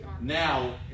now